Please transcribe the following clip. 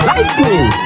Lightning